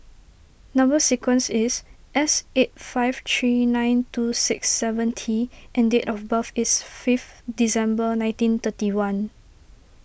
Number Sequence is S eight five three nine two six seven T and date of birth is fifth December nineteen thirty one